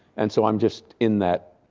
and so i'm just in that,